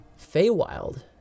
Feywild